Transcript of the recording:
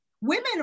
women